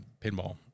pinball